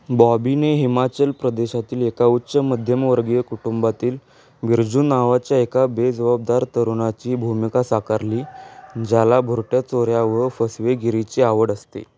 बॉबीने हिमाचल प्रदेशातील एका उच्च मध्यमवर्गीय कुटुंबातील बिरजू नावाच्या एका बेजबाबदार तरुणाची भूमिका साकारली ज्याला भुरट्या चोऱ्या व फसवेगिरीची आवड असते